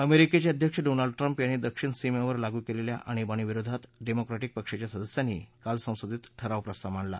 अमेरिकेचे अध्यक्ष Donald Trump यांनी दक्षिण सीमेवर लागू केलेल्या आणिबाणी विरोधात डेनोक्रेटीक पक्षाच्या सदस्यांनी काल संसदेत ठराव प्रस्ताव मांडला